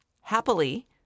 Happily